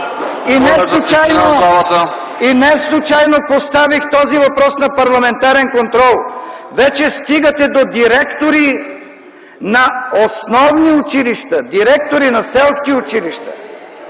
И не случайно поставих този въпрос на парламентарен контрол. Вече стигате до директори на основни училища, директори на селски училища.